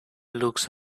looks